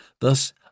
Thus